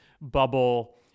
bubble